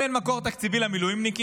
אם אין מקור תקציבי למילואימניקים,